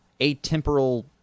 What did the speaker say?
atemporal